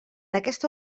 aquesta